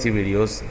Videos